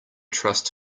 trust